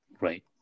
Right